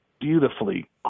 Beautifully